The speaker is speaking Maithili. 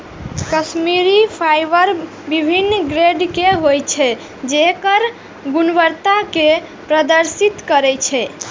कश्मीरी फाइबर विभिन्न ग्रेड के होइ छै, जे एकर गुणवत्ता कें प्रदर्शित करै छै